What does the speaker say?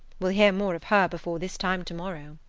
we'll hear more of her before this time to-morrow.